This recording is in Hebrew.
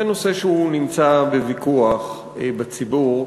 זה נושא שנמצא בוויכוח בציבור,